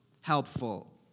helpful